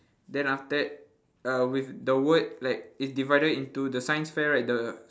then after that uh with the word like is divided into the science fair right the